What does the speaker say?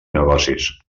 negocis